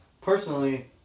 Personally